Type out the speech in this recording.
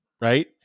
right